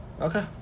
Okay